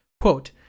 Quote